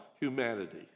humanity